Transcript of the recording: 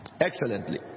Excellently